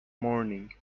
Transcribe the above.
morning